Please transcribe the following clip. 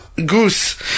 Goose